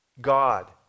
God